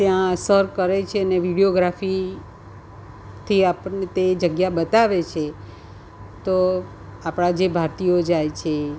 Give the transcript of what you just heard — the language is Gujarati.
ત્યાં સર કરે છે ને વિડિયોગ્રાફીથી આપણને તે જગ્યા બતાવે છે તો આપણા જે ભારતીયો જાય છે